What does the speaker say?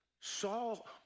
Saul